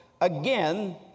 again